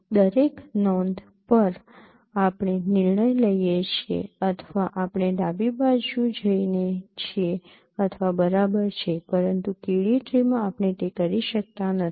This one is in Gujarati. દરેક નોંધ પર આપણે નિર્ણય લઈએ છીએ અથવા આપણે ડાબી બાજુ જઇએ છીએ અથવા બરાબર છે પરંતુ K D ટ્રીમાં આપણે તે કરી શકતા નથી